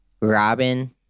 robin